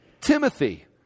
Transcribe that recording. Timothy